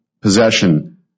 possession